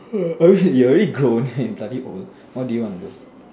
are you're already grown you're bloody old what do you want to do